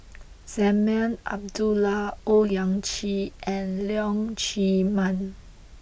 Azman Abdullah Owyang Chi and Leong Chee Mun